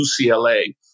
UCLA